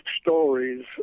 stories